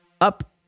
Up